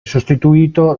sostituito